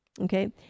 okay